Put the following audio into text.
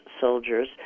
soldiers